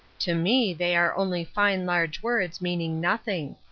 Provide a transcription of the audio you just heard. to me they are only fine large words meaning nothing.